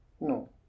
No